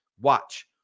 watch